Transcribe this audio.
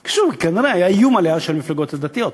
שוב, כי כנראה היה איום עליה של המפלגות הדתיות.